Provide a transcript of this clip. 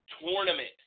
tournament